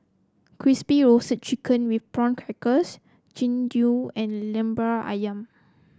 Crispy Roasted Chicken with Prawn Crackers Jian Dui and lemper ayam